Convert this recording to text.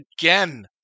again